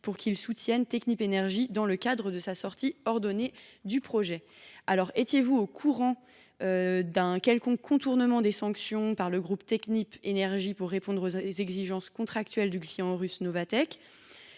pour qu’ils soutiennent Technip Energies dans le cadre de sa sortie ordonnée du projet. Monsieur le ministre, étiez vous au courant d’un quelconque contournement des sanctions par le groupe Technip Energies pour répondre aux exigences contractuelles du client russe Novatek ?